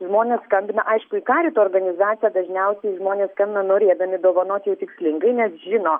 žmonės skambina aišku į karito organizaciją dažniausiai žmonės skambina norėdami dovanot jau tikslingai nes žino